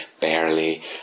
barely